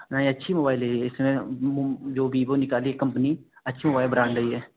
नहीं अच्छी मोबाईल है ये इस समय जो बीबो निकाली है कंपनी अच्छी मोबाईल ब्रांड है ये